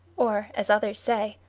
or, as others say,